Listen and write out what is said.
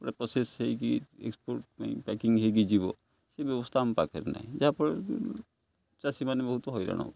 ଗୋଟେ ପ୍ରସେସ ହେଇକି ଏକ୍ସପୋର୍ଟ ପାଇଁ ପ୍ୟାକିଂ ହେଇକି ଯିବ ସେ ବ୍ୟବସ୍ଥା ଆମ ପାଖରେ ନାହିଁ ଯାହାଫଳରେ କି ଚାଷୀମାନେ ବହୁତ ହଇରାଣ ହେଉଛନ୍ତି